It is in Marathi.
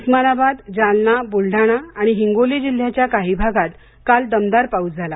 उस्मानाबद जालना बुलडाणा आणि हिंगोली जिल्ह्याच्या काही भागात काल दमदार पाऊस झाला